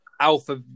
alpha